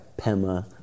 Pema